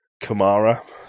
Kamara